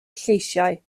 lleisiau